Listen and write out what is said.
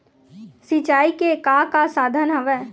सिंचाई के का का साधन हवय?